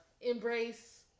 Embrace